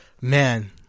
Man